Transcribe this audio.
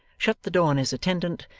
shut the door on his attendant,